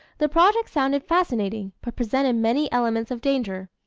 the project sounded fascinating, but presented many elements of danger.